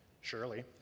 Surely